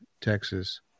Texas